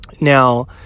Now